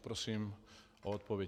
Prosím o odpověď.